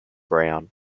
brown